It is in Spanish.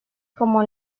como